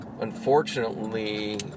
unfortunately